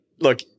look